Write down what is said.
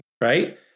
right